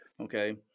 Okay